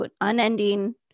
Unending